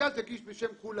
והמרכז יגיש בשם כולם,